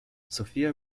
sophia